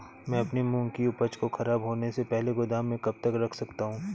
मैं अपनी मूंग की उपज को ख़राब होने से पहले गोदाम में कब तक रख सकता हूँ?